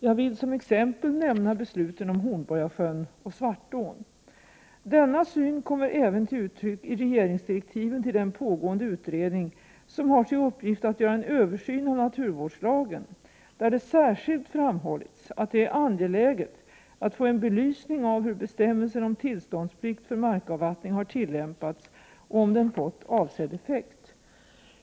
Jag vill som exempel nämna besluten om Hornborgasjön och Svartån. Denna syn kommer även till uttryck i regeringsdirektiven till den pågående utredning som har till uppgift att göra en översyn av naturvårdslagen där det särskilt framhållits att det är angeläget att få en belysning av hur bestämmelsen om tillståndsplikt för markavvattning har tillämpats och om den fått avsedd effekt.